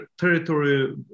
territory